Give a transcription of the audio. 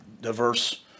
diverse